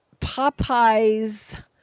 Popeyes